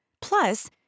Plus